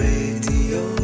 Radio